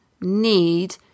need